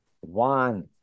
one